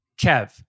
Kev